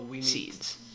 seeds